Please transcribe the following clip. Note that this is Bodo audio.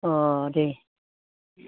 अ दे